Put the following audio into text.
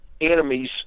enemies